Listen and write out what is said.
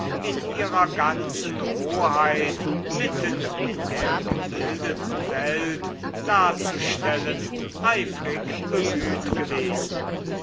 in ihrer ganzen roheit mitten in der gebildeten welt darzustellen eifrig bemüht gewesen